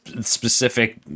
specific